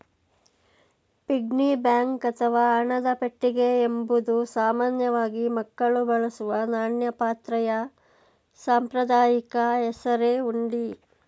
piggy bank ಅಥವಾ ಹಣದ ಪೆಟ್ಟಿಗೆ ಎಂಬುದು ಸಾಮಾನ್ಯವಾಗಿ ಮಕ್ಕಳು ಬಳಸುವ ನಾಣ್ಯ ಪಾತ್ರೆಯ ಸಾಂಪ್ರದಾಯಿಕ ಹೆಸರೇ ಹುಂಡಿ